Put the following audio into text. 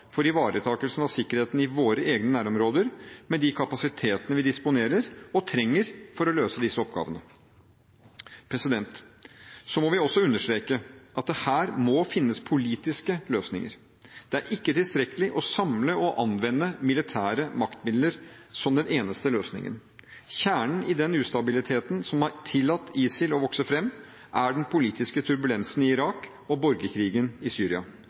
for ivaretakelse av sikkerheten i våre egne nærområder med de kapasitetene vi disponerer og trenger for å løse disse oppgavene. Vi må understreke at det her må finnes politiske løsninger, det er ikke tilstrekkelig å samle og anvende militære maktmidler som den eneste løsningen. Kjernen i den ustabiliteten som har tillatt ISIL å vokse fram, er den politiske turbulensen i Irak og borgerkrigen i Syria.